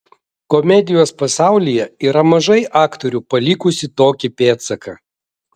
komedijos pasaulyje yra mažai aktorių palikusių tokį pėdsaką